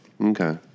Okay